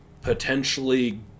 potentially